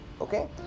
okay